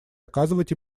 оказывать